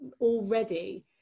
already